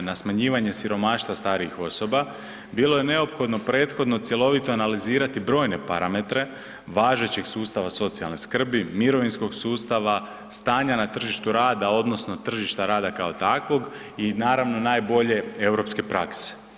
na smanjivanje siromaštva starijih osoba, bilo je neophodno prethodno cjelovito analizirati brojne parametre važećeg sustava socijalne skrbi, mirovinskog sustava, stanja na tržištu rada odnosno tržišta rada kao takvog i naravno najbolje europske prakse.